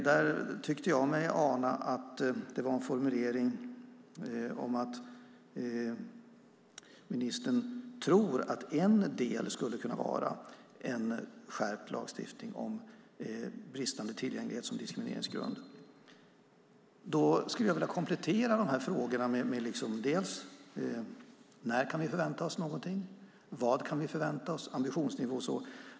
Det fanns en formulering om att ministern tror att en del skulle kunna vara en skärpt lagstiftning om bristande tillgänglighet som diskrimineringsgrund. Jag skulle vilja komplettera de frågorna med: När kan vi förvänta oss någonting? Vad kan vi förvänta oss för ambitionsnivå?